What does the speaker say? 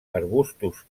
arbustos